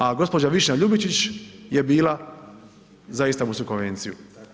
A gđa. Višnja Ljubičić je bila za Istambulsku konvenciju.